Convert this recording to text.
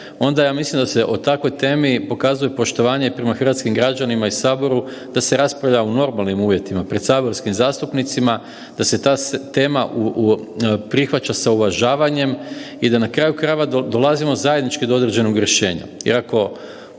onda ja mislim da se o takvoj temi pokazuje poštovanje i prema hrvatskim građanima i saboru da se raspravlja u normalnim uvjetima pred saborskim zastupnicima da se ta tema prihvaća sa uvažavanjem i da na kraju krajeva dolazimo zajednički do određenoga rješenja.